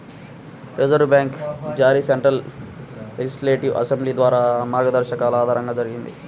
reserve bank జారీ central legislative assembly ద్వారా మార్గదర్శకాల ఆధారంగా జరిగింది